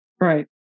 Right